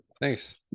thanks